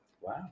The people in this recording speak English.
Wow